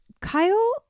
Kyle